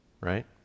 right